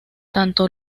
tanto